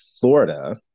Florida